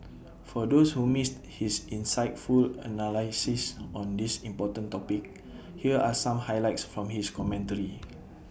for those who missed his insightful analysis on this important topic here are some highlights from his commentary